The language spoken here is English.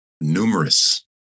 numerous